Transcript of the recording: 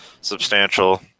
substantial